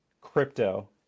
crypto